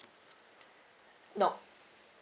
nope